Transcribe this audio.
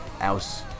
else